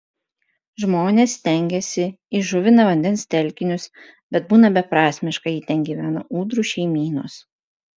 žmonės stengiasi įžuvina vandens telkinius bet būna beprasmiška jei ten gyvena ūdrų šeimynos